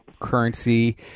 currency